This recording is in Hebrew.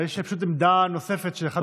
יש עמדה נוספת של אחד מחברי הכנסת.